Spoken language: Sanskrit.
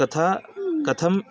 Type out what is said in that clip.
कथं कथं